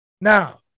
Now